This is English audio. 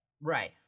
Right